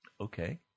Okay